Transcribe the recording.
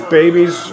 babies